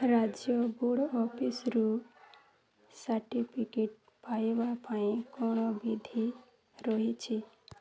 ରାଜ୍ୟ ବୋର୍ଡ଼୍ଅଫିସ୍ରୁ ସାର୍ଟିଫିକେଟ୍ ପାଇବାପାଇଁ କ'ଣ ବିଧି ରହିଛି